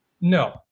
No